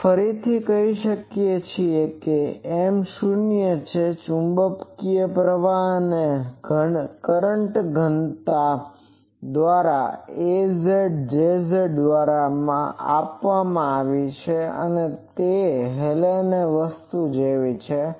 હવે ફરીથી કહી શકીએ કે M શૂન્ય છે ચુંબકીય પ્રવાહ અને કરંટ ઘનતા આ az Jz દ્વારા આપવામાં આવી છે તે જ હેલેનની વસ્તુ જેવી છે